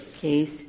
case